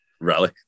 Rally